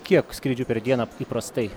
kiek skrydžių per dieną įprastai